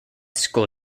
school